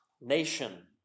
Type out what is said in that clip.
nation